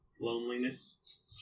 loneliness